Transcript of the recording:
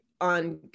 on